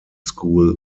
school